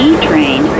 E-train